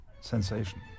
sensation